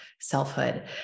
selfhood